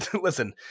Listen